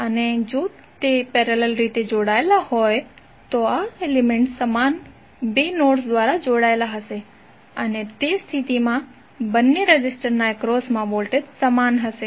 હવે જો તે પેરેલલ રીતે જોડાયેલ હોય તો આ એલિમેન્ટ્સ સમાન બે નોડ્સ દ્વારા જોડાયેલા હશે અને તે સ્થિતિમાં બંને રેઝિસ્ટરના એક્રોસમા વોલ્ટેજ સમાન હશે